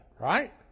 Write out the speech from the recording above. Right